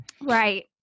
Right